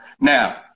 now